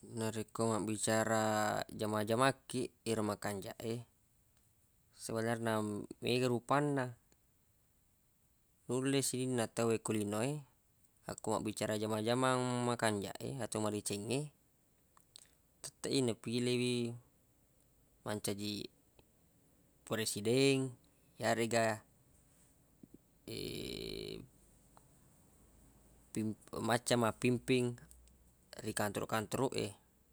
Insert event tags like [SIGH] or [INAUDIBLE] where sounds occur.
Narekko mabbicara jama-jamang kiq ero makanjaq e sebenar na mega rupanna nulle sininna tawwe ki lino e akko mabbicara jama-jamang makanjaq e ato madecengnge tetteq i na pile wi mancaji presideng yaregga [HESITATION] pi- macca mappimping ri kantroq-kantroq e